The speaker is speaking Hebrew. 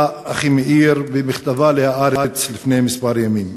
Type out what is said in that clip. אחימאיר במכתבה ל"הארץ" לפני כמה ימים.